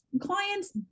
clients